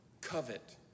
covet